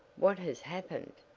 what has happened?